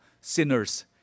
sinners